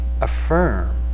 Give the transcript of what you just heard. affirm